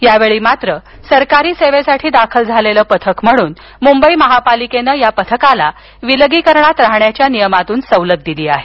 यावेळी मात्र सरकारी सेवेसाठी दाखल झालेलं पथक म्हणून मुंबई महापालिकेनं या पथकाला विलगीकरणात राहण्याच्या नियमातून सवलत दिली आहे